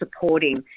supporting